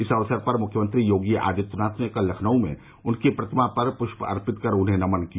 इस अवसर पर मुख्यमंत्री योगी आदित्यनाथ ने कल लखनऊ में उनकी प्रतिमा पर पुष्प अर्पित कर उन्हें नमन किया